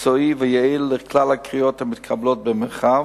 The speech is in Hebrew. מקצועי ויעיל לכלל הקריאות המתקבלות במרחב,